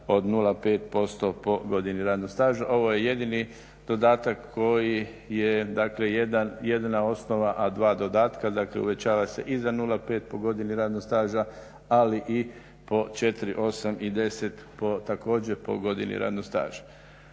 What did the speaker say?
od 0,5% po godini radnog staža. Ovo je jedini dodatak koji je dakle jedna osnova a dva dodatka, dakle uvećava se i za 0,5 po godini radnog staža, ali i po 4, 8 i 10 također po godini radnog staža.